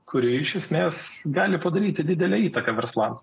kuri iš esmės gali padaryti didelę įtaką verslams